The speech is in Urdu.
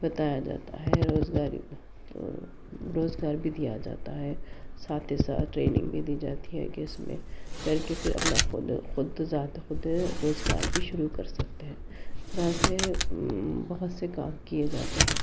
بتایا جاتا ہے روزگار پہ روزگار بھی دیا جاتا ہے ساتھ ہی ساتھ ٹریننگ بھی دی جاتی ہے کہ اس میں کرکے پھر اپنا خود بذات خود روزگار بھی شروع کر سکتے ہیں اس طرح سے بہت سے کام کیے جاتے ہیں